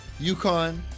UConn